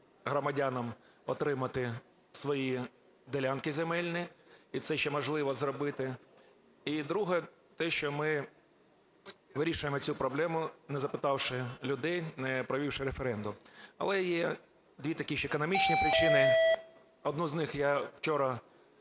громадянам отримати свої ділянки земельні, і це ще можливо зробити. І друге - те, що ми вирішуємо цю проблему, не запитавши людей, не провівши референдум. Але є дві такі ще економічні причини. Одну з них я вчора